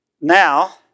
now